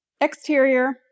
Exterior